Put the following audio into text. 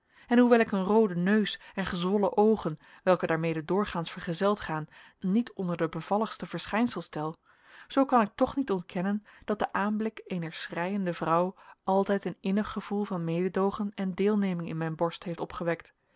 en hoewel ik een rooden neus en gezwollen oogen welke daarmede doorgaans vergezeld gaan niet onder de bevalligste verschijnsels tel zoo kan ik toch niet ontkennen dat de aanblik eener schreiende vrouw altijd een innig gevoel van mededoogen en deelneming in mijn borst heeft opgewekt